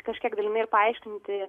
kažkiek dalinai ir paaiškinti